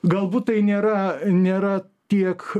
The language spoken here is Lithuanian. galbūt tai nėra nėra tiek